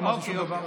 לא אמרתי שום דבר.